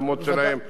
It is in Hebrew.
לא הכביש הזה.